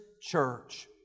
church